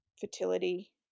fertility